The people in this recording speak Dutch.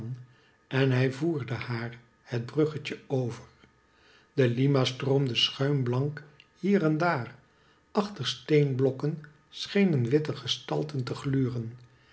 en hij voerde haar het bruggetje over de lima stroomde schuimblank hier en daar achter steenblokken schenen witte gestalten te gluren